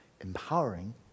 empowering